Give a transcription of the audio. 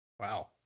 Wow